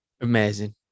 Amazing